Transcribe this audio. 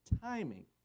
timing